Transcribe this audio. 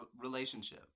relationship